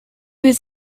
was